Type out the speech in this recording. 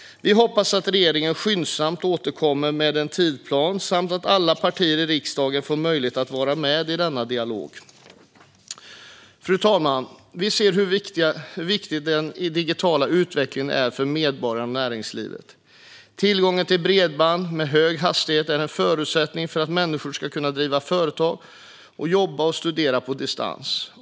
Vi hoppas att regeringen skyndsamt återkommer med en tidsplan och att alla partier i riksdagen får möjlighet att vara med i denna dialog. Fru talman! Vi ser hur viktig den digitala utvecklingen är för medborgare och näringsliv. Tillgång till bredband med hög hastighet är en förutsättning för att människor ska kunna driva företag och jobba och studera på distans.